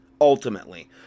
ultimately